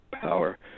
power